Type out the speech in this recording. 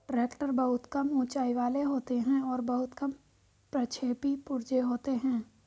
tractor बहुत कम ऊँचाई वाले होते हैं और बहुत कम प्रक्षेपी पुर्जे होते हैं